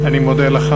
אני מודה לך.